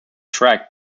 track